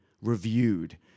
reviewed